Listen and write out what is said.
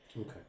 Okay